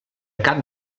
cap